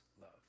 love